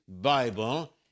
Bible